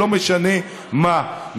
או לא משנה מה,